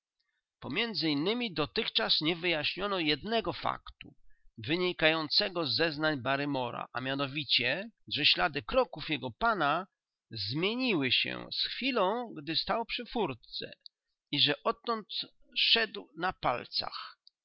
wyjaśniono jednego faktu wynikającego z zeznań barrymora a mianowicie że ślady kroków jego pana zmieniły się z chwilą gdy stał przy furtce i że odtąd szedł na palcach